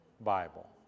Bible